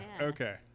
okay